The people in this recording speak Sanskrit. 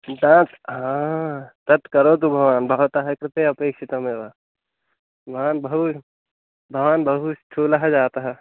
तत् हा तत् करोतु भवान् भवतः कृते अपेक्षितमेव भवान् बहु भवान् बहु स्थूलः जातः